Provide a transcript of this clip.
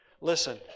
Listen